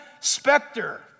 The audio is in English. specter